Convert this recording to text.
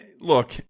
look